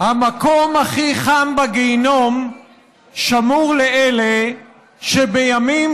המקום הכי חם בגיהינום שמור לאלה שבימים